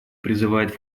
призывает